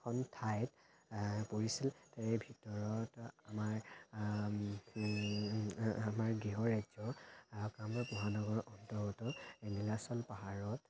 এখন ঠাইত পৰিছিল তাৰে ভিতৰত আমাৰ আমাৰ আমাৰ গৃহৰাজ্য কামৰূপ মহানগৰৰ অন্তৰ্গত এই নীলাচল পাহাৰত